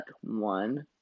one